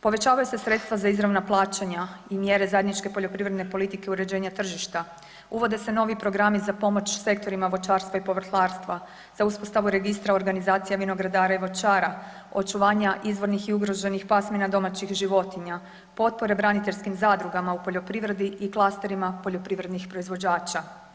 Povećavaju se sredstva za izravna plaćanja i mjere zajedničke poljoprivredne politike uređenja tržišta, uvode se novi programi za pomoć sektorima voćarstva i povrtlarstva, za uspostavu Registra organizacije vinogradara i voćara, očuvanja izvornih i ugroženih pasmina domaćih životinja, potpore braniteljskim zadrugama u poljoprivredi i klasterima poljoprivrednih proizvođača.